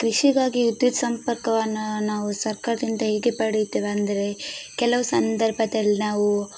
ಕೃಷಿಗಾಗಿ ವಿದ್ಯುತ್ ಸಂಪರ್ಕವನ್ನು ನಾವು ಸರ್ಕಾರ್ದಿಂದ ಹೇಗೆ ಪಡೆಯುತ್ತೇವೆಂದರೆ ಕೆಲವು ಸಂದರ್ಭದಲ್ಲಿ ನಾವೂ